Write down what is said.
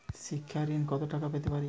শিক্ষা ঋণ কত টাকা পেতে পারি?